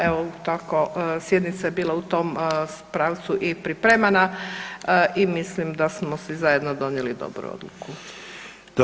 Evo, u tako, sjednica je bila u tom pravcu i pripremana i mislim da smo svi zajedno donijeli dobru odluku.